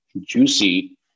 juicy